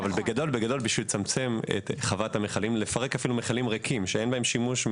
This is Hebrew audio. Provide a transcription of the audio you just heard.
בשביל לצמצם את חוות המכלים ולפרק מכלים ריקים שאין בהם שימוש,